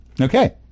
Okay